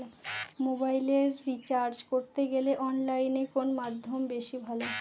মোবাইলের রিচার্জ করতে গেলে অনলাইনে কোন মাধ্যম বেশি ভালো?